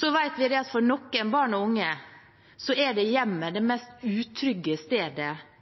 Vi vet at for noen barn og unge er hjemmet det mest utrygge stedet